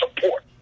support